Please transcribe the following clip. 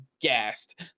gassed